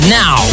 now